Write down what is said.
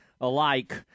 alike